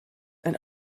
and